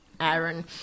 Aaron